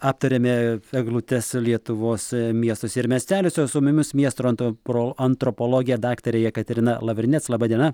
aptarėme eglutes lietuvos miestuose ir miesteliuose o su mumis antro antropologė daktarė jekaterina lavrinec laba diena